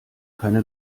keine